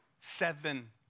Seven